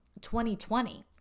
2020